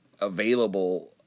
available